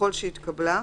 -- "ככל שהתקבלה,